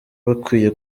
bakwiye